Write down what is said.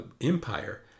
empire